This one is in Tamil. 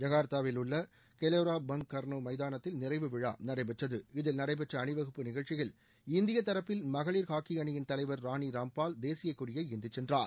ஜகார்த்தாவில் உள்ள கெலோரா பங்க் கர்னோ மைதானதில் நிறைவு விழா நடைபெற்றது இதில் நடைபெற்ற அணிவகுப்பு நிகழ்ச்சியில் இந்திய தரப்பில் மகளிர் ஹாக்கி அணியின் தலைவர் ராணி ராம்பால் தேசியக் கொடியை ஏந்திச் சென்றார்